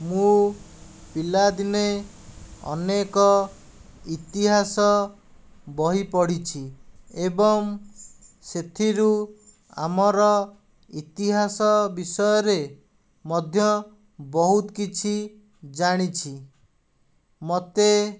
ମୁଁ ପିଲାଦିନେ ଅନେକ ଇତିହାସ ବହି ପଢ଼ିଛି ଏବଂ ସେଥିରୁ ଆମର ଇତିହାସ ବିଷୟରେ ମଧ୍ୟ ବହୁତ କିଛି ଜାଣିଛି ମୋତେ